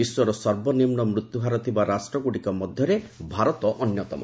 ବିଶ୍ୱର ସର୍ବନିମ୍ନ ମୃତ୍ୟୁହାର ଥିବା ରାଷ୍ଟ୍ରଗୁଡିକ ମଧ୍ୟରେ ଭାରତ ଅନ୍ୟତମ